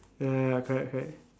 ya ya correct correct